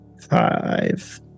Five